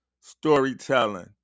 Storytelling